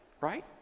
right